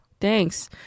Thanks